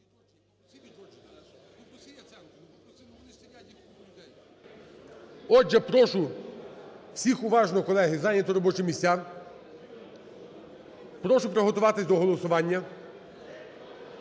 Отже, прошу всіх уважно, колеги, зайняти робочі місця. Прошу приготуватися до голосування.